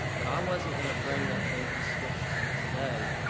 but i wasn't gonna bring that bait and switch to you today,